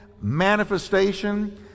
manifestation